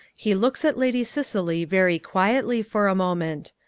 he looks at lady cicely very quietly for a moment.